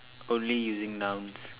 only using nouns